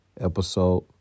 episode